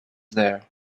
there